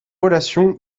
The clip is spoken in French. relation